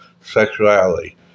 sexuality